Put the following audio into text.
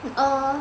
err